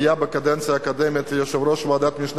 היה בקדנציה הקודמת יושב-ראש ועדת משנה